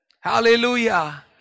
Hallelujah